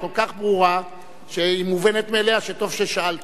היא כל כך ברורה שהיא מובנת מאליה וטוב ששאלת.